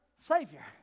Savior